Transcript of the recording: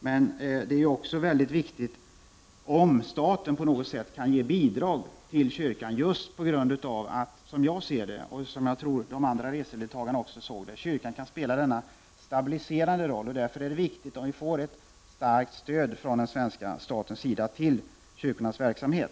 Men det är också viktigt att staten kan ge bidrag till kyrkan just på grund av att — som jag och jag tror även de andra resedeltagarna ser det — kyrkan kan spela denna stabiliserande roll. Därför är det viktigt att vi får ett starkt stöd från den svenska staten till kyrkornas verksamhet.